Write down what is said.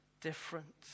different